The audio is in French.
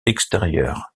extérieures